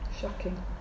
Shocking